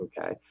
okay